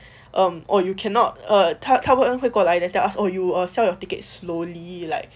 um oh you cannot err 他会他会过来 tell us oh you sell your tickets slowly like